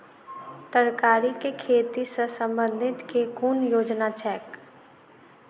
तरकारी केँ खेती सऽ संबंधित केँ कुन योजना छैक?